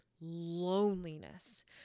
loneliness